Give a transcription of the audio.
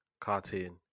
cartoon